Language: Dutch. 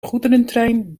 goederentrein